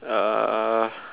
uh